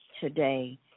today